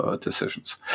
decisions